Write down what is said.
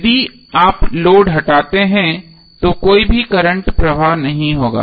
यदि आप लोड हटाते हैं तो कोई भी करंट प्रवाह नहीं होगा